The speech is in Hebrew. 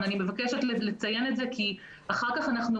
אני מבקשת לציין את זה כי זה מאוד חשוב